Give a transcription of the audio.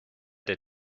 der